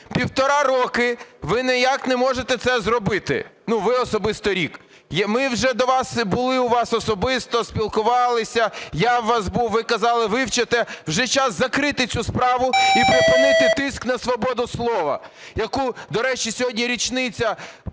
Півтора року ви ніяк не можете це зробити, ну, ви особисто рік. Ми вже були у вас особисто, спілкувались, я у вас був. Ви казали, вивчите. Вже час закрити цю справу і припинити тиск на свободу слова. До речі, сьогодні річниця